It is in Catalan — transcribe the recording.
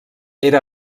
era